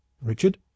Richard